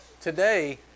Today